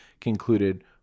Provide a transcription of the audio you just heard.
concluded